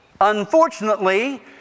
Unfortunately